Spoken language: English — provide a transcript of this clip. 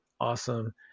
awesome